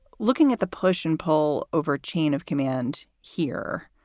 looking at the push and pull over chain of command here,